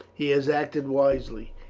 he has acted wisely.